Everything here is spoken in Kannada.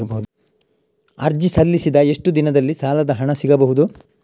ಅರ್ಜಿ ಸಲ್ಲಿಸಿದ ಎಷ್ಟು ದಿನದಲ್ಲಿ ಸಾಲದ ಹಣ ಸಿಗಬಹುದು?